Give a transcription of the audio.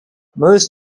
most